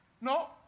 No